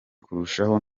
kurushaho